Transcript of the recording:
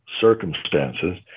circumstances